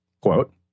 quote